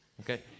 okay